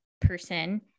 person